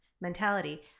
mentality